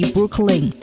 Brooklyn